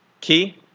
key